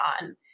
on